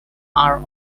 are